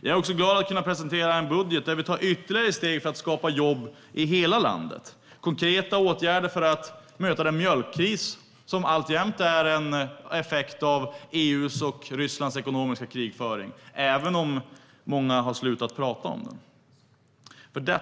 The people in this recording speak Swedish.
Jag är också glad över att kunna presentera en budget där vi tar ytterligare steg för att skapa jobb i hela landet, föreslå konkreta åtgärder för att möta den mjölkkris som alltjämt är en effekt av EU:s och Rysslands ekonomiska krigföring, även om många har slutat prata om den.